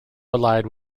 allied